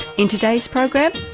in today's program,